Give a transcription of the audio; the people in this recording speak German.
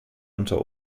unter